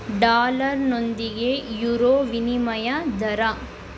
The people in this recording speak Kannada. ಡಾಲರ್ನೊಂದಿಗೆ ಯುರೋ ವಿನಿಮಯ ದರ